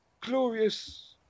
Glorious